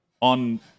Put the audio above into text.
on